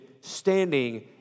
standing